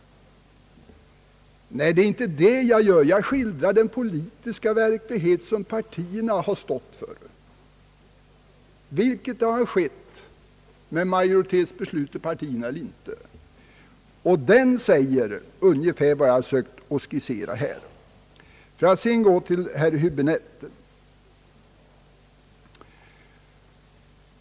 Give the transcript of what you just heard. Jag skildrar den politiska verklighet som partierna stått för, oavsett om besluten omfattats av en majoritet eller inte. Denna politiska verklighet säger ungefär vad jag skisserat i föregående anförande. Sedan vill jag vända mig till herr Häbinette.